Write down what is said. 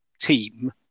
team